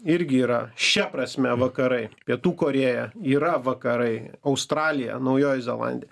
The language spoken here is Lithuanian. irgi yra šia prasme vakarai pietų korėja yra vakarai australija naujoji zelandija